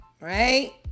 right